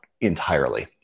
entirely